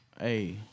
Hey